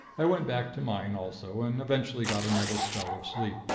i went back to mine, also, and eventually got another spell of sleep.